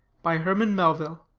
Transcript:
by herman melville,